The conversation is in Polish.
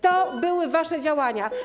To były wasze działania.